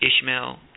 Ishmael